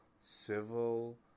civil